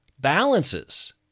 balances